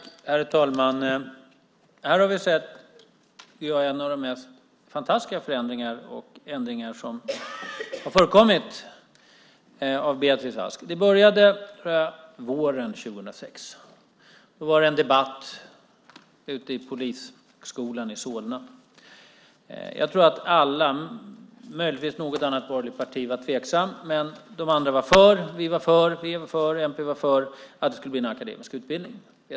Herr talman! Här har vi sett bland de mest fantastiska förändringar och ändringar som har förekommit av Beatrice Ask. Det började våren 2006. Då var det en debatt ute på Polishögskolan i Solna. Jag tror att alla var för, möjligtvis var något annat borgerligt parti tveksamt. Vi var för, v var för och mp var för att de skulle bli en akademisk utbildning.